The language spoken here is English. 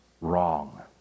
wrong